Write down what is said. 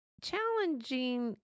Challenging